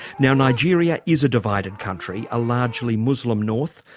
now nigeria is a divided country a largely muslim north,